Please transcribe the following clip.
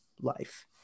life